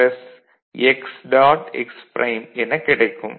x prime எனக் கிடைக்கும்